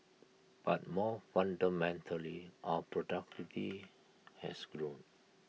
but more fundamentally our productivity has grown